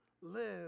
live